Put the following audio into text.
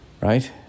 right